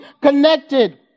connected